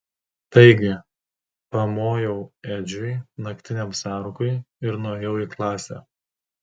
taigi pamojau edžiui naktiniam sargui ir nuėjau į klasę